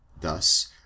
Thus